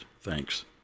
thanks